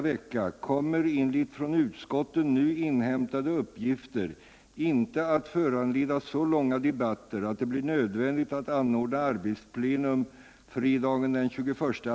Detta har medfört att småhusbyggare bl.a. fått göra komplicerade beräkningar för att kunna beräkna värmeeffektbehov också för vanliga småhus.